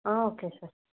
ఆ okay sir